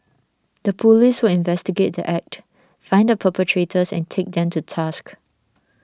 the police will investigate the Act find the perpetrators and take them to task